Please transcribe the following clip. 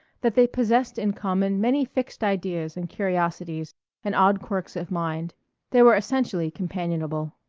that they possessed in common many fixed ideas and curiosities and odd quirks of mind they were essentially companionable.